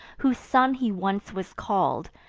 whose son he once was call'd,